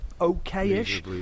okay-ish